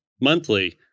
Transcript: monthly